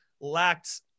lacked